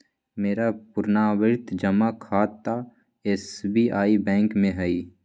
मेरा पुरनावृति जमा खता एस.बी.आई बैंक में हइ